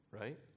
Right